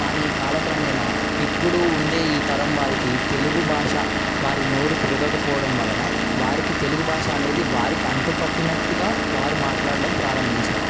కానీ కాలక్రమేణా ఇప్పుడు ఉండే ఈ తరం వారికి తెలుగు భాష వారి నోరు తిరగకపోవడం వలన వారికి తెలుగు భాష అనేది వారికి అంటుపట్టినట్టుగా వారు మాట్లాడడం ప్రారంభించారు